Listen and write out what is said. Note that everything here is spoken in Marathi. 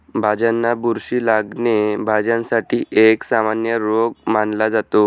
भाज्यांना बुरशी लागणे, भाज्यांसाठी एक सामान्य रोग मानला जातो